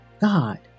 God